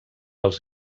els